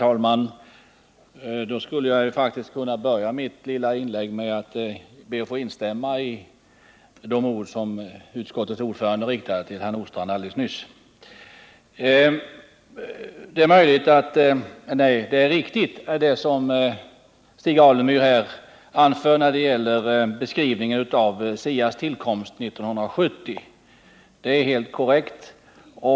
Herr talman! Jag vill börja mitt korta inlägg med att instämma i de ord som utskottets ordförande riktade till herr Nordstrandh alldeles nyss. Stig Alemyrs beskrivning av SIA:s tillkomst 1970 är helt korrekt.